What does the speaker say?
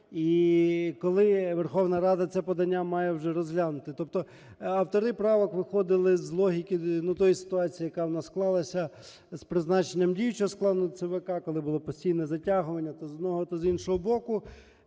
і коли Верховна Рада це подання має вже розглянути. Тобто автори правок виходили з логіки тої ситуації, яка у нас склалася з призначенням діючого складу ЦВК, коли було постійне затягування то з одного, то з іншого боку.